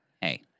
Hey